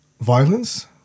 violence